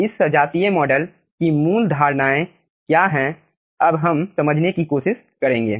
इस सजातीय मॉडल की मूल धारणाएँ क्या हैं अब हम समझने की कोशिश करेंगे